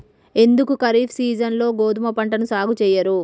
ఎందుకు ఖరీఫ్ సీజన్లో గోధుమ పంటను సాగు చెయ్యరు?